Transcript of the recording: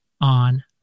on